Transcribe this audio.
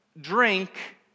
Drink